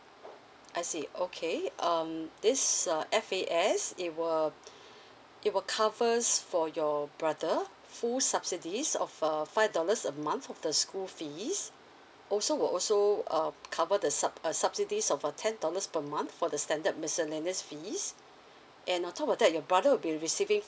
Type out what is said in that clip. I see okay um this uh F_A_S it will it will covers for your brother full subsidies of uh five dollars a month of the school fees also will also um cover the sub~ uh subsidies of a ten dollars per month for the standard miscellaneous fees and on top of that your brother will be receiving